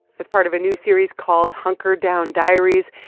as part of a new series called hunker down diaries,